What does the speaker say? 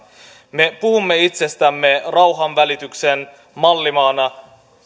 me puhumme itsestämme rauhanvälityksen mallimaana